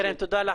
תודה רבה.